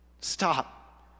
Stop